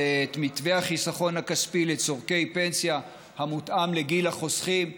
מתווה החיסכון הכספי לצורכי פנסיה המותאם לגיל החוסכים,